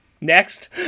Next